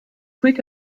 quick